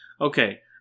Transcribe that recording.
okay